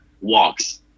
walks